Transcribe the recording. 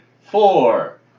four